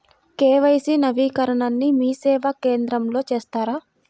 KYC నవీకరణని మీసేవా కేంద్రం లో చేస్తారా?